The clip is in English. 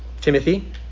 Timothy